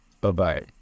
Bye-bye